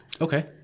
Okay